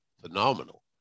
phenomenal